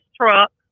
truck